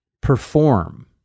perform